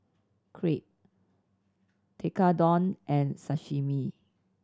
Crepe Tekkadon and Sashimi